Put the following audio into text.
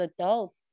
adults